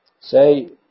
Say